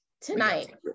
tonight